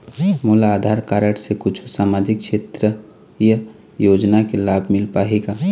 मोला आधार कारड से कुछू सामाजिक क्षेत्रीय योजना के लाभ मिल पाही का?